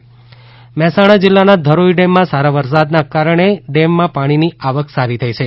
Dharoi dam Mehsana જિલ્લાના ધરોઇ ડેમમાં સારા વરસાદને કારણે ડેમમાં પાણીની આવક સારી થઇ છે